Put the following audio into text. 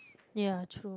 ya true